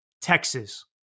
Texas